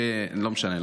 לא משנה,